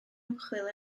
ymchwil